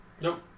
Nope